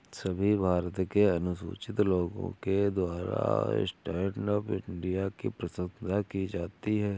सभी भारत के अनुसूचित लोगों के द्वारा स्टैण्ड अप इंडिया की प्रशंसा की जाती है